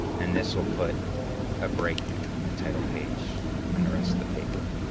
and this will put a break between the title page and the rest of the paper.